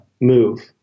move